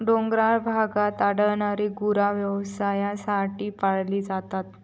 डोंगराळ भागात आढळणारी गुरा व्यवसायासाठी पाळली जातात